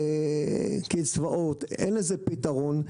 קצבאות ואין לזה פתרון.